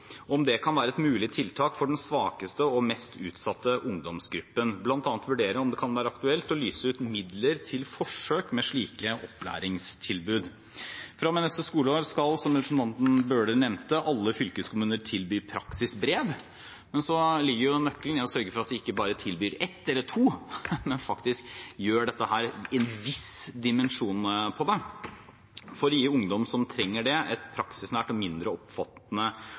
om det kan være et mulig tiltak for den svakeste og mest utsatte ungdomsgruppen, bl.a. vurdere om det kan være aktuelt å lyse ut midler til forsøk med slike opplæringstilbud. Fra og med neste skoleår skal, som representanten Bøhler nevnte, alle fylkeskommuner tilby praksisbrev, men så ligger jo nøkkelen i å sørge for at de ikke bare tilbyr ett eller to, men faktisk gjør dette i en viss dimensjon for å gi ungdom som trenger det, et praksisnært og mindre